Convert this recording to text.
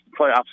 playoffs